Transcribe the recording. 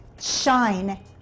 shine